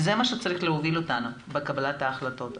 זה מה שצריך להוביל אותנו בקבלת ההחלטות.